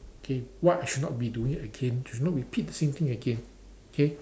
okay what I should not be doing again cannot repeat the same thing again okay